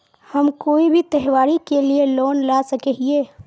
हम कोई भी त्योहारी के लिए लोन ला सके हिये?